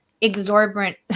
exorbitant